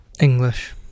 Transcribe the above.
english